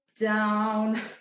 down